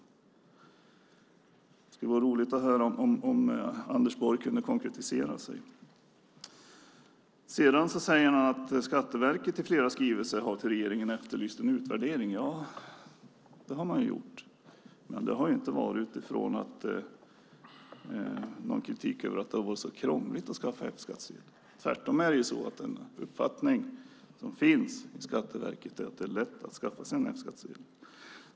Det skulle vara roligt att höra om Anders Borg kan konkretisera sig. Anders Borg säger sedan att Skatteverket i flera skrivelser till regeringen har efterlyst en utvärdering. Ja, det har man gjort. Men det har inte varit utifrån någon kritik mot att det har varit så krångligt att skaffa F-skattsedel. Skatteverkets uppfattning är tvärtom att det är lätt att skaffa F-skattsedel.